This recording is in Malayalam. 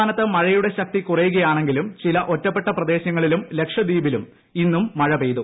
സംസ്ഥാനത്ത് മഴയുടെ ശക്തി കുറയുകയാണെങ്കിലും ചില ഒറ്റപ്പെട്ട പ്രദേശങ്ങളിലും ലക്ഷദ്ധീപിലും ഇന്നും മഴ പെയ്തു